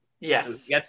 Yes